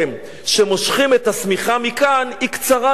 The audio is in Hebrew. כשמושכים את השמיכה מכאן היא קצרה משם,